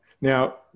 Now